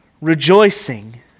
rejoicing